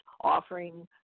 offering